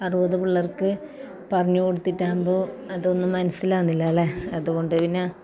അറുപത് പിള്ളേർക്ക് പറഞ്ഞ് കൊടുത്തിട്ടാകുമ്പോൾ അതൊന്നും മനസ്സിലാകുന്നില്ല അല്ലേ അതുകൊണ്ട് പിന്നെ